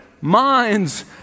minds